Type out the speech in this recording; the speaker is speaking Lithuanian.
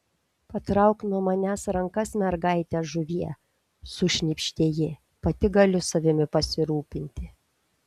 patrauk nuo manęs rankas mergaite žuvie sušnypštė ji pati galiu savimi pasirūpinti